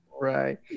right